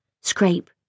Scrape